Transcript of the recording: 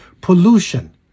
pollution